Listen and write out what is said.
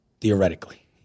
Theoretically